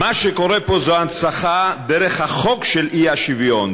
"מה שקורה פה זה הנצחה דרך החוק של האי-שוויון,